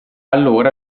allora